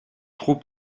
trop